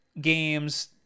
games